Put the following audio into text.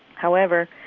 however,